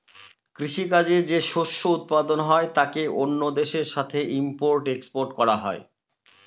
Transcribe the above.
কৃষি কাজে যে শস্য উৎপাদন হয় তাকে অন্য দেশের সাথে ইম্পোর্ট এক্সপোর্ট করা হয়